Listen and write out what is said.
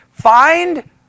Find